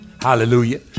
Hallelujah